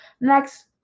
Next